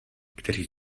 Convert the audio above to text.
kteří